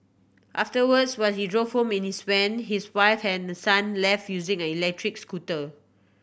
afterwards while he drove home in his van his wife and son left using an electric scooter